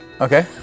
Okay